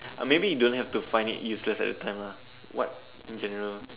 may be you don't have to find it useless at the time what in general